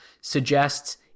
suggests